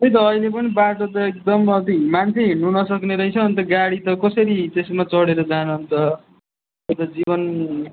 त्यही त अहिले पनि बाटो त एकदम मान्छे हिँड्नु नसक्ने रहेछ अनि गाडी त कसरी त्यसमा चढेर जान अन्त त्यो त जीवन